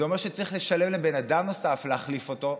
זה אומר שצריך לשלם לבן אדם נוסף להחליף אותו,